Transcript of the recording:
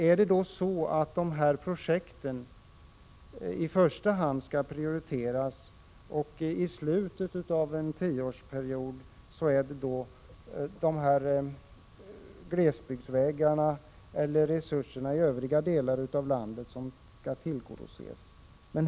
Är det så att de stora projekten i första hand skall prioriteras och glesbygdsvägar och andra resurstillskott i övriga delar av landet skall tillgodoses först i slutet av tioårsperioden?